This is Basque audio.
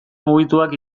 mugituak